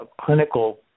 clinical